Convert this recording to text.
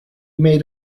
made